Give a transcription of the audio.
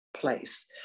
place